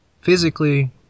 physically